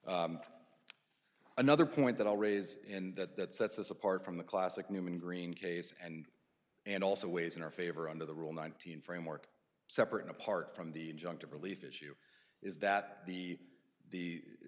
to another point that i'll raise and that that sets us apart from the classic newman green case and and also ways in our favor under the rule nineteen framework separate and apart from the injunctive relief issue is that the the